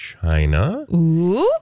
China